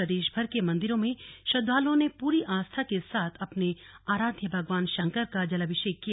प्रदेशभर के मंदिरों में श्रद्वालुओं ने पूरी आस्था के साथ अपने आराध्य भगवान शंकर का जलाभिषेक किया